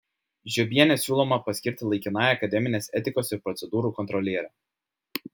žiobienę siūloma paskirti laikinąja akademinės etikos ir procedūrų kontroliere